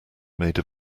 made